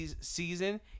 season